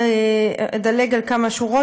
אדלג על כמה שורות,